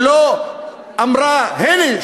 שלא אמרה: הנה,